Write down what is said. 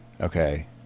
Okay